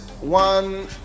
one